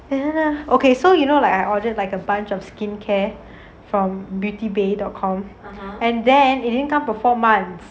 okay so you know like I ordered like a bunch of skincare from beauty bay dot com and then it didn't come for four months